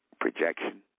projection